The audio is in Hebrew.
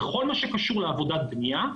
בכל מה שקשור לעבודת בנייה,